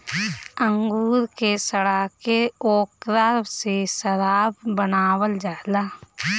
अंगूर के सड़ा के ओकरा से शराब बनावल जाला